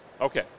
Okay